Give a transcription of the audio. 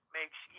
makes